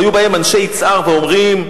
היו באים אנשי יצהר ואומרים: